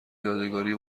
یادگاری